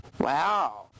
Wow